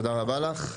תודה רבה לך.